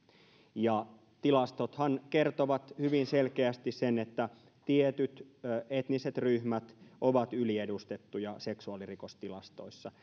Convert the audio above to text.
tilastothan kertovat hyvin selkeästi sen että tietyt etniset ryhmät ovat yliedustettuja seksuaalirikostilastoissa